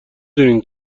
دونین